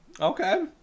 Okay